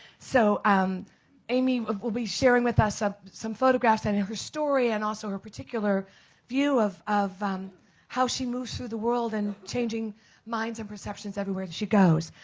so um aimee will be sharing with us ah some photographs and and her story and also her particular view of of um how she moves through the world and changing minds and perceptions everywhere she goes.